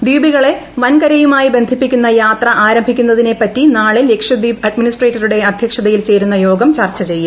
ദ്വീപുകളെ വൻകരയുമായി ബന്ധിപ്പിക്കുന്ന യാത്ര ആരംഭിക്കുന്നതിനെപ്പറ്റി നാളെ ലക്ഷദ്വീപ് അഡ്മിസ്ട്രേറ്ററുടെ അധ്യക്ഷതിയിൽ ചേരുന്ന യോഗം ചർച്ച ഘയ്യും